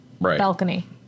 balcony